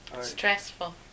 Stressful